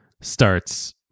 starts